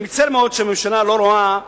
אני מצטער מאוד שהממשלה לא רואה בהיגיון,